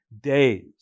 days